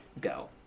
go